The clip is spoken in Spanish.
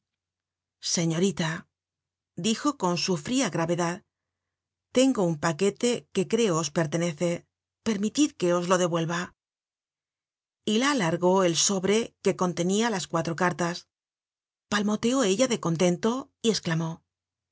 señorita dijo con su fria gravedad tengo un paquete que creo os pertenece permitid que os lo devuelva y la alargó el sobre que contenia las cuatro cartas palmoteó ella de contento y esclamó